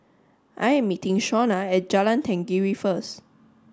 I am meeting Shawnna at Jalan Tenggiri first